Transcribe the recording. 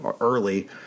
early